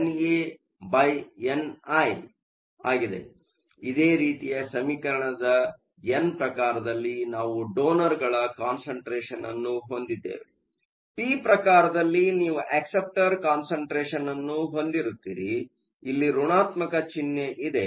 ಆದ್ದರಿಂದ ಇದೇ ರೀತಿಯ ಸಮೀಕರಣದ ಎನ್ ಪ್ರಕಾರದಲ್ಲಿ ನಾವು ಡೋನರ್ ಗಳ ಕಾನ್ಸಂಟ್ರೇಷನ್ ನ್ನು ಹೊಂದಿದ್ದೇವೆ ಪಿ ಪ್ರಕಾರದಲ್ಲಿ ನೀವು ಅಕ್ಸೆಪ್ಟರ್ ಕಾನ್ಸಂಟ್ರೇಷನ್Acceptor concentrationಹೊಂದಿರುತ್ತೀರಿ ಮತ್ತು ಇಲ್ಲಿ ಋಣಾತ್ಮಕ ಚಿಹ್ನೆ ಇದೆ